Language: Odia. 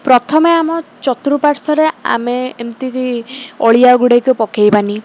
ପ୍ରଥମେ ଆମ ଚର୍ତୁପାର୍ଶ୍ୱରେ ଆମେ ଏମିତିକି ଅଳିଆ ଗୁଡ଼ିକ ପକେଇବା ନି